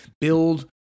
build